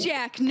Jack